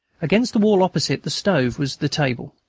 against the wall, opposite the stove, was the table.